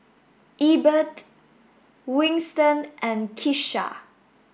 Ebert Winston and Kisha